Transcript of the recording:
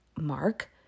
Mark